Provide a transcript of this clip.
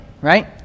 right